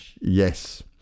Yes